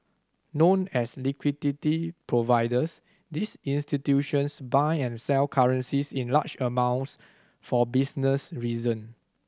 known as liquidity providers these institutions buy and sell currencies in large amounts for business reason